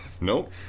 Nope